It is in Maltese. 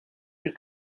mill